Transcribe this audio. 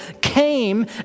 came